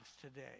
today